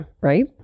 right